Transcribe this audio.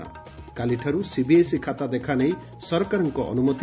କାଲିଠାର୍ CBSE ଖାତା ଦେଖା ନେଇ ସରକାରଙ୍କ ଅନ୍ତମତି